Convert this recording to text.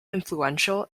influential